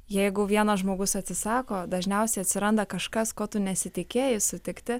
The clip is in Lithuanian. jeigu vienas žmogus atsisako dažniausiai atsiranda kažkas ko tu nesitikėjai sutikti